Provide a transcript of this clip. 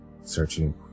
searching